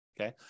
okay